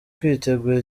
kwitegura